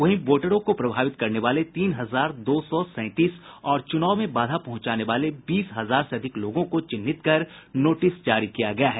वहीं वोटरों को प्रभावित करने वाले तीन हजार दो सौ सैंतीस और चुनाव में बाधा पहुंचाने वाले बीस हजार से अधिक लोगों को चिन्हित कर नोटिस जारी किया गया है